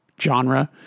genre